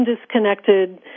disconnected